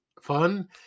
fun